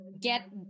get